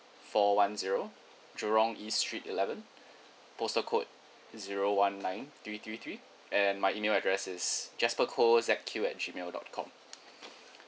four one zero jurong east street eleven postal code zero one nine three three three and my email address is jasper koh Z_Q at G mail dot com